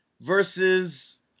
versus